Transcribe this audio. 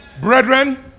Brethren